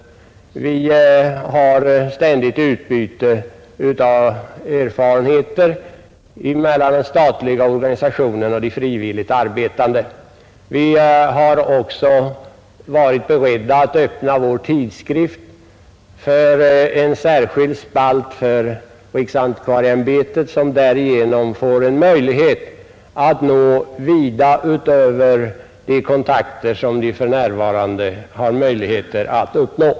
Vi har ett ständigt utbyte av erfarenheter mellan de statliga och de frivilligt arbetande organisationerna. Vi har också öppnat vår tidskrift för en särskild spalt för riksantikvarieämbetet, som därigenom får möjlighet att nå kontakter långt utanför de kretsar som man för närvarande har möjlighet att uppnå.